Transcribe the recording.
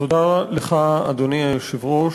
אדוני היושב-ראש,